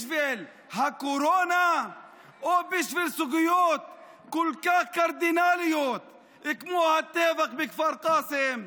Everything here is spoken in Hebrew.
בשביל הקורונה או בשביל סוגיות כל כך קרדינליות כמו הטבח בכפר קאסם?